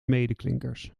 medeklinkers